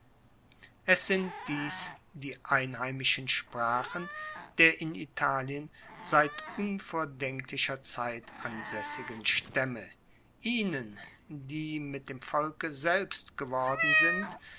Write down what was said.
es sind dies die einheimischen sprachen der in italien seit unvordenklicher zeit ansaessigen staemme ihnen die mit dem volke selbst geworden sind